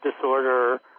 disorder